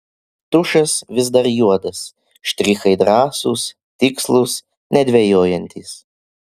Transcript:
tušas vis dar juodas štrichai drąsūs tikslūs nedvejojantys